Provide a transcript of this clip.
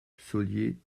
solliès